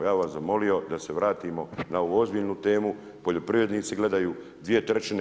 Ja bi vas zamolio da se vratimo na ovu ozbiljnu temu, poljoprivrednici gledaju, 2/